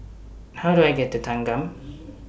How Do I get to Thanggam